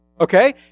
Okay